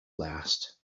last